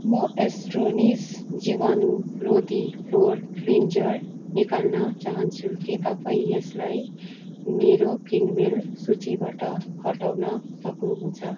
म एस्टोनिस जीवाणुरोधी फ्लोर क्लिन्जर निकाल्न चाहन्छु के तपाईँ यसलाई मेरो किनमेल सूचीबाट हटाउन सक्नुहुन्छ